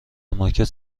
مارکت